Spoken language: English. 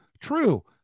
true